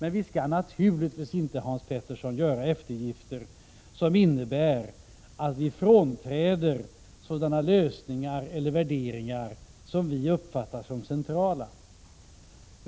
Men vi skall naturligtvis inte, Hans Petersson, göra eftergifter, som innebär att vi frånträder sådana lösningar eller värderingar som vi uppfattar som centrala.